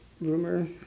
rumor